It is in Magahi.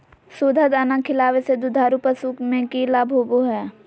सुधा दाना खिलावे से दुधारू पशु में कि लाभ होबो हय?